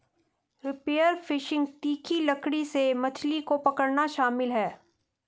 spear fishing तीखी लकड़ी से मछली को पकड़ना शामिल है